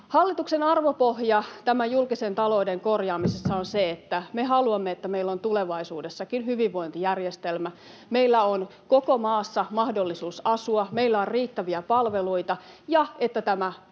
Hallituksen arvopohja julkisen talouden korjaamisessa on se, että me haluamme, että meillä on tulevaisuudessakin hyvinvointijärjestelmä, että meillä on koko maassa mahdollisuus asua, että meillä on riittäviä palveluita ja että tämä